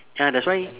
ya that's why